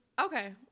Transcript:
Okay